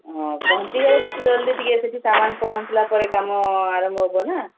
ହଁ ପହଞ୍ଚିଗଲେ ସେତେ ଜଲଦି ଟିକେ ସେଠି ସାମାନ ପହଞ୍ଚିଲା ପରେ କାମ ଆରମ୍ଭ ହେବ ନା